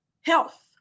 health